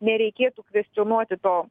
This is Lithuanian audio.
nereikėtų kvestionuoti to